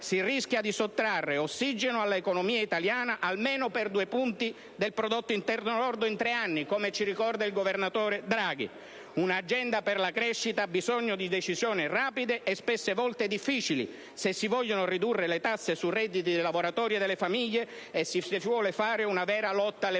si rischia di sottrarre ossigeno all'economia italiana almeno per due punti del PIL in tre anni, come ci ricorda il governatore Draghi. Un'agenda per la crescita ha bisogno di decisioni rapide e spesse volte difficili, se si vogliono ridurre le tasse sui redditi dei lavoratori e delle famiglie e se si vuole fare una vera lotta all'evasione